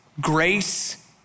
grace